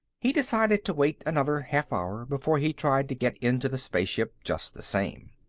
he decided to wait another half hour before he tried to get into the spaceship, just the same.